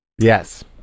Yes